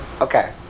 Okay